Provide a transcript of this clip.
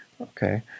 Okay